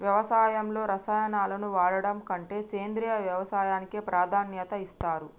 వ్యవసాయంలో రసాయనాలను వాడడం కంటే సేంద్రియ వ్యవసాయానికే ప్రాధాన్యత ఇస్తరు